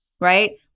right